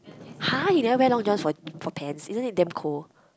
!huh! you never wear long johns for for pants isn't it damn cold